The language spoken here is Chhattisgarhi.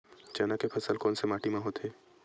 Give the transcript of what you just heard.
चना के फसल कोन से माटी मा होथे?